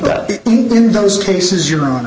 that in those cases you're on